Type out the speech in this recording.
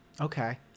Okay